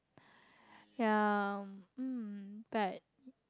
yeah um but